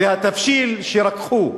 והתבשיל שרקחו.